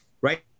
right